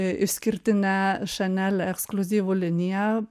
išskirtine chanel ekskliuzyvu linija